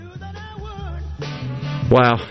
Wow